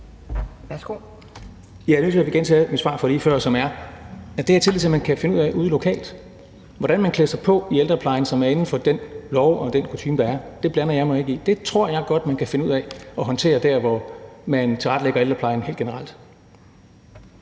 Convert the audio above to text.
er nødt til at gentage mit svar fra lige før, som er, at det har jeg tillid til man kan finde ud af ude lokalt. Hvordan man klæder sig på i ældreplejen, som er inden for den lovgivning og den kutyme, der er, blander jeg mig ikke i. Det tror jeg godt man kan finde ud af at håndtere der, hvor man tilrettelægger ældreplejen helt generelt.